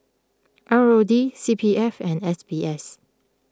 R O D C P F and S B S